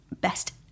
best